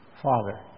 Father